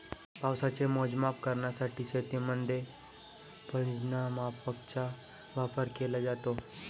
पावसाचे मोजमाप करण्यासाठी शेतीमध्ये पर्जन्यमापकांचा वापर केला जातो